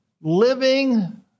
living